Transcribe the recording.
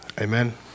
Amen